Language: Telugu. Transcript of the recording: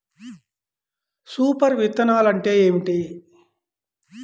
సూపర్ విత్తనాలు అంటే ఏమిటి?